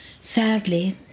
Sadly